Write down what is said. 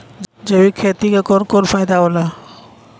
जैविक खेती क कवन कवन फायदा होला?